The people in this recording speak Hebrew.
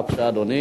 בבקשה, אדוני.